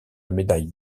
médaille